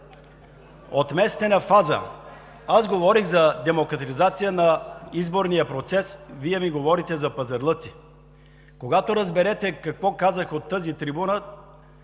мислене“. Аз говорих за демократизация на изборния процес – Вие ми говорите за пазарлъци. Когато разберете какво казах от тази трибуна,